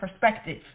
perspective